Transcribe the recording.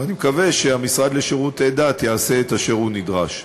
ואני מקווה שהמשרד לשירותי דת יעשה את אשר הוא נדרש.